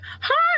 hi